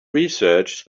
research